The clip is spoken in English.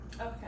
Okay